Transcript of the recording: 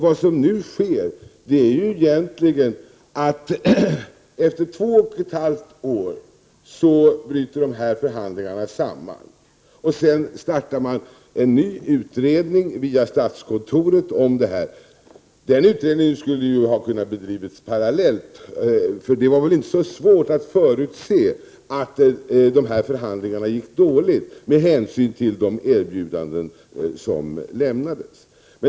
Vad som nu sker är egentligen att förhandlingarna bryter samman efter två och ett halvt år. Därefter startar man en ny utredning om detta via statskontoret. Den utredningen kunde ha bedrivits parallellt med förhandlingsarbetet. Det kunde väl inte vara svårt att förutse att förhandlingarna skulle gå dåligt med tanke på de erbjudanden som lämnades.